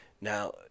Now